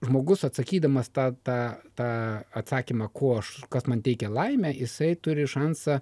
žmogus atsakydamas tą tą tą atsakymą kuo aš kas man teikia laimę jisai turi šansą